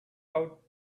out